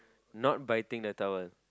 not biting the towel